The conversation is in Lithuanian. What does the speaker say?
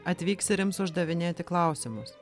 atvyks ir ims uždavinėti klausimus